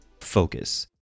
focus